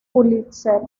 pulitzer